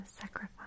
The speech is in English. sacrifice